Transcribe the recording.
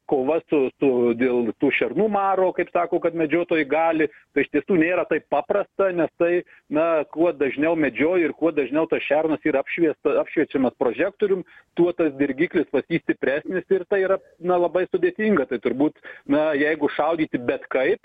kova su su dėl tų šernų maro kaip sako kad medžiotojai gali tai iš tiesų nėra taip paprasta nes tai na kuo dažniau medžioji ir kuo dažniau tas šernas yra apšvieta apšviečiamas prožektorium tuo tas dirgiklis i stipresnis ir tai yra na labai sudėtinga tai turbūt na jeigu šaudyti bet kaip